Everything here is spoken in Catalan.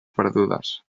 perdudes